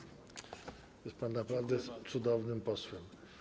Jest pan naprawdę cudownym posłem.